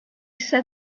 said